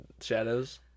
shadows